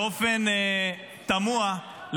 באופן תמוה,